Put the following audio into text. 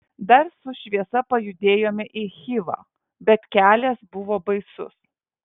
dar su šviesa pajudėjome į chivą bet kelias buvo baisus